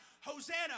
Hosanna